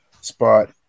spot